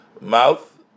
mouth